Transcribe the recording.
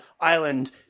island